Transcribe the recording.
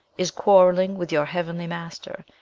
is quarrelling with your heavenly master,